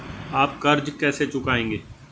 आप कर्ज कैसे चुकाएंगे?